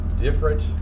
different